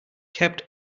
kept